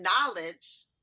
knowledge